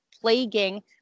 plaguing